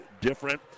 different